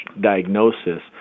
diagnosis